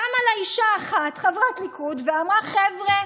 קמה לה אישה אחת, חברת ליכוד, ואמרה: חבר'ה,